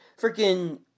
Freaking